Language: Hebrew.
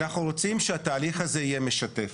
אנחנו רוצים שהתהליך הזה יהיה תהליך משתף.